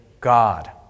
God